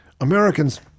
Americans